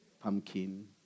Pumpkin